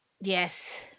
Yes